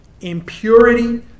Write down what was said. impurity